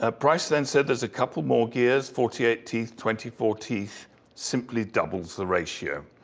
ah price then said there's a couple more gears, forty eight teeth, twenty four teeth simply doubles the ratio.